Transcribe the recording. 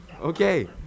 Okay